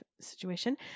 situation